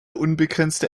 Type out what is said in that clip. unbegrenzte